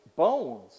Bones